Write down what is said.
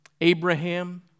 Abraham